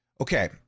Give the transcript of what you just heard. Okay